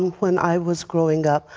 when i was growing up,